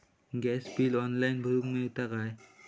Gas bill online भरुक मिळता काय?